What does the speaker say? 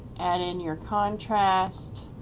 add in your contrast,